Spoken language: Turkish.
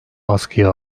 askıya